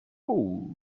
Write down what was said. pool